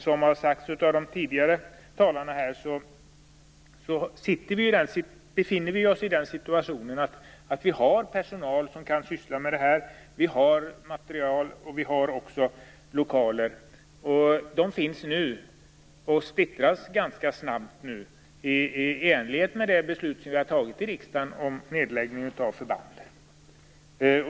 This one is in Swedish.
Som tidigare talare har sagt har vi nu personal som kan syssla med det här, vi har material och vi har lokaler. De finns nu men splittras ganska snabbt, i enlighet med det beslut vi har fattat i riksdagen om nedläggning av förband.